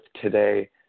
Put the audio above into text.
today